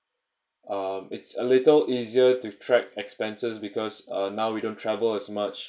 uh it's a little easier to track expenses because uh now we don't travel as much